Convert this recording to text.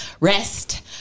rest